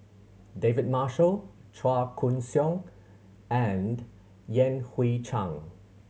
David Marshall Chua Koon Siong and Yan Hui Chang